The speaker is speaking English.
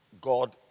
God